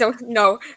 no